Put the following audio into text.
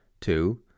Two